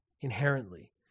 inherently